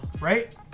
right